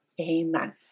Amen